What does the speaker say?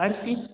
அரிசி